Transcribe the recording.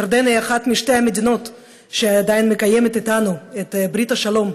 ירדן היא אחת משתי המדינות שעדיין מקיימות איתנו את ברית השלום,